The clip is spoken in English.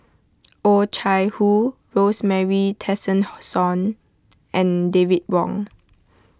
Oh Chai Hoo Rosemary Tessensohn and David Wong